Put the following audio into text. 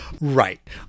Right